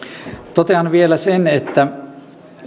totean vielä sen että